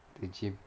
at the gym